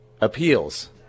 appeals